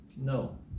No